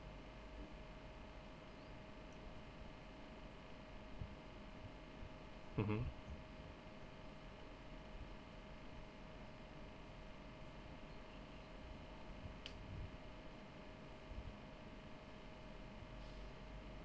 mmhmm